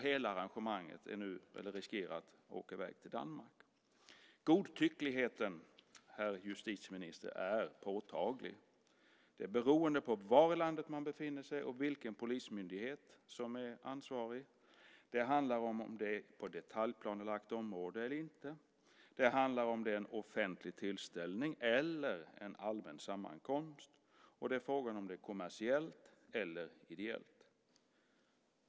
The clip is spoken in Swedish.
Hela arrangemanget riskerar nu att åka i väg till Danmark. Godtyckligheten, herr justitieminister, är påtaglig. Det är beroende på var i landet man befinner sig och vilken polismyndighet som är ansvarig. Det handlar om ifall det är på detaljplanelagt område eller inte. Det handlar om ifall det är en offentlig tillställning eller en allmän sammankomst. Det är frågan om det är kommersiellt eller ideellt.